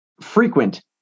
frequent